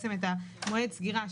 את מועד הסגירה,